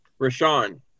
rashawn